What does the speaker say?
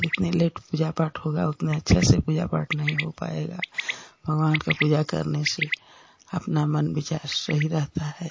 जितनी लेट पूजा पाठ होगा उतने अच्छे से पूजा पाठ नहीं हो पाएगा भगवान का पूजा करने से अपना मन विचार सही रहता है